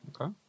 Okay